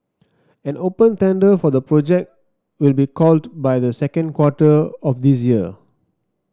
an open tender for the project will be called by the second quarter of this year